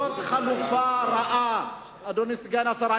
זאת חלופה רעה, אדוני סגן השר.